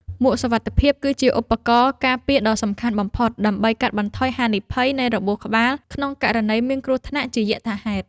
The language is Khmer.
មួកសុវត្ថិភាព គឺជាឧបករណ៍ការពារដ៏សំខាន់បំផុត ដើម្បីកាត់បន្ថយហានិភ័យនៃរបួសក្បាលក្នុងករណីមានគ្រោះថ្នាក់ជាយថាហេតុ។